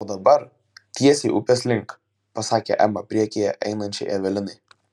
o dabar tiesiai upės link pasakė ema priekyje einančiai evelinai